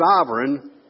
sovereign